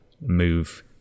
move